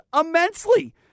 immensely